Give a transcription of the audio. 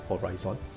horizon